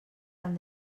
han